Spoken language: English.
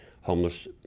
homeless